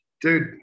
dude